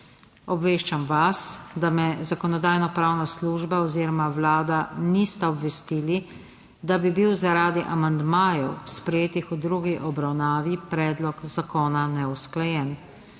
Obveščam vas, da me Zakonodajno-pravna služba oziroma Vlada nista obvestili, da bi bil zaradi amandmajev sprejetih v drugi obravnavi predlog zakona neusklajen.